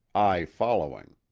i following.